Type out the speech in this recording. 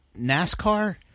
NASCAR